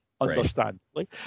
Understandably